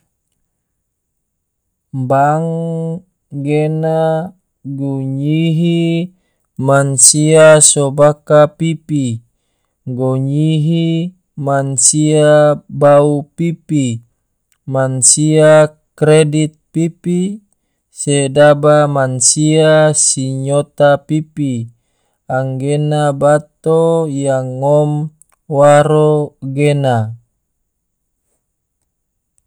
Bank gena gunyihi mansia sobaka pipi, gunyihi mansia bau pipi, mansia kredit pipi, sedaba mansia sinyota pipi. anggena bato yang ngom waro anggena.